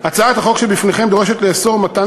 הצעת החוק שבפניכם דורשת לאסור מתן